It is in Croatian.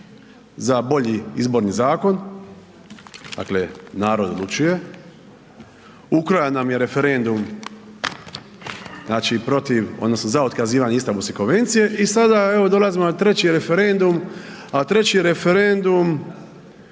za bolji izborni zakon, dakle narod odlučuje, ukrao nam je referendum znači protiv odnosno za otkazivanje Istambulske konvencije i sada evo dolazimo na treći referendum, a treći referendum